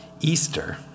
Easter